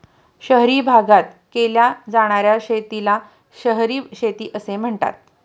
शहरी भागात केल्या जाणार्या शेतीला शहरी शेती असे म्हणतात